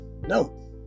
No